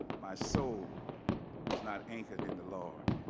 my soul was not anchored in the lord.